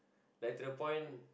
like to the point